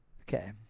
Okay